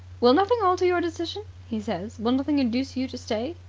will nothing alter your decision? he says. will nothing induce you to stay?